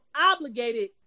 obligated